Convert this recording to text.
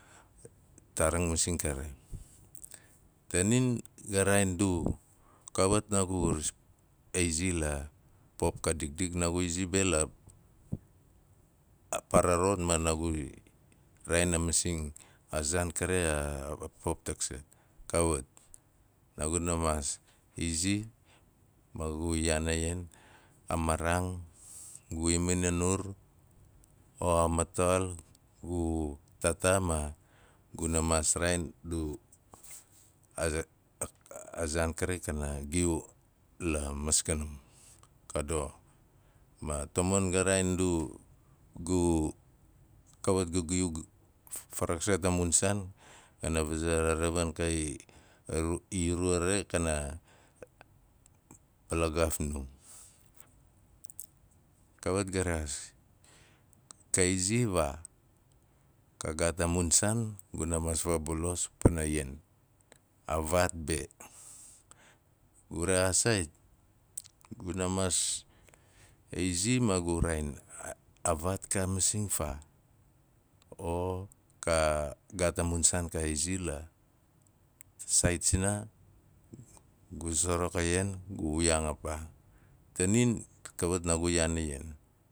Taarang masing kare. Tanin ga raain du kawat naagu a izi la pop ka dikdik naagu izi la, a paara rot ma naagu iraain a masing a zaan kare a pop tak sat, kawat, naaguna maas ma gu yaan a ian, a maaraang, gu iman a nur o a mataxal gu taataa ma guna maas raain ndu a zaan kari kana giu la maskanum ka doxo. Ma tamon ga raain ndu gu, kawat gu giu faraksat a mun saan, gana vazei ravin ka i ru are kana valagaaf nu. Kawat ga rexaas, kai izi vaa, ka gaat a mun saan guna, ma fabalos pana ian, a vaat be. Gu rexaas saait guna maas aizi maa guna raain, a vaat ka masing faa o ka, gaat a mun saan ka izi la saait sina. Gu zaraka ian gu wiyaang a paa. Tanim kawat naagu yaan a ian.